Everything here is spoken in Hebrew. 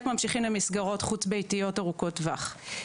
ממשיכים למסגרות חוץ ביתיות ארוכות טווח.